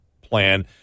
plan